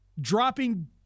dropping